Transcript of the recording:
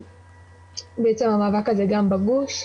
והמאבק הזה גם בגוש.